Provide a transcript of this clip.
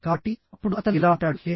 కాబట్టి అప్పుడు అతను ఇలా అంటాడు హే